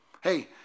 Hey